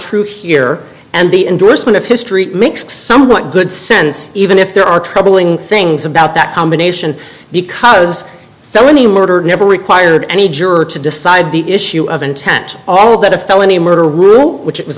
true here and the endorsement of history makes somewhat good sense even if there are troubling things about that combination because felony murder never required any juror to decide the issue of intent all of that a felony murder rule which